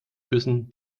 küssen